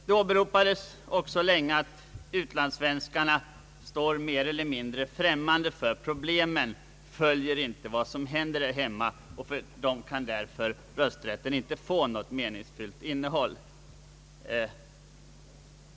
Det åberopades också länge att utlandssvenskarna skulle stå mer eller mindre främmande för problemen i hemlandet, att de inte följer vad som händer här hemma och att rösträtten för dem därför inte kunde få något meningsfullt innehåll.